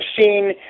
seen